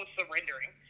surrendering